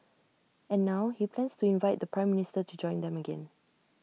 and now he plans to invite the Prime Minister to join them again